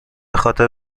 خاطر